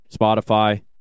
Spotify